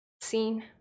seen